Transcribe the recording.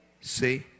See